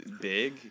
big